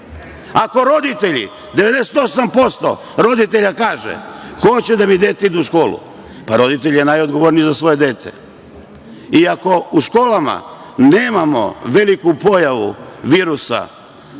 Ako 98% roditelja kaže – hoću da mi dete ide u školu, pa roditelj je najodgovorniji za svoje dete i ako u školama nemamo veliku pojavu virusa